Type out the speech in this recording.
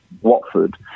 Watford